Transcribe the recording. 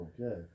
Okay